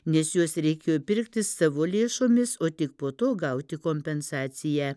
nes juos reikėjo pirkti savo lėšomis o tik po to gauti kompensaciją